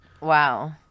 Wow